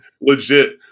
legit